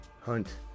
Hunt